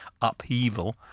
upheaval